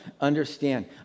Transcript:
understand